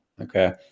okay